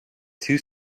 two